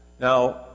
now